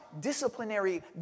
disciplinary